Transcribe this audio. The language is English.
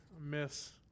miss